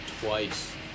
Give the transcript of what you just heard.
twice